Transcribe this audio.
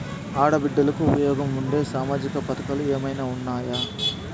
ఆడ బిడ్డలకు ఉపయోగం ఉండే సామాజిక పథకాలు ఏమైనా ఉన్నాయా?